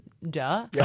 Duh